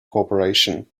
corporation